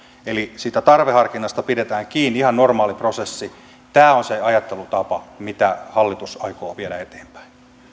eli siitä tarveharkinnasta pidetään kiinni ihan normaali prosessi tämä on se ajattelutapa mitä hallitus aikoo viedä eteenpäin